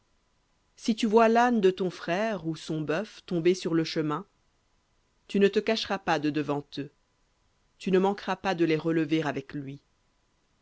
si tu vois l'âne de ton frère ou son bœuf tombés sur le chemin tu ne te cacheras pas de devant eux tu ne manqueras pas de les relever avec lui